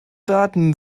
daten